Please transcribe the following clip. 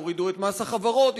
יורידו את מס החברות,